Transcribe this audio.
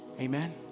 Amen